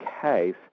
case